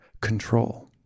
control